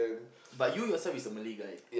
but you yourself is a Malay guy